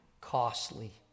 costly